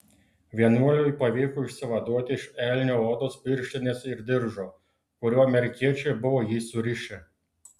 vienuoliui pavyko išsivaduoti iš elnio odos pirštinės ir diržo kuriuo amerikiečiai buvo jį surišę